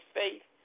faith